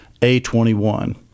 A21